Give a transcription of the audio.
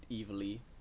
evilly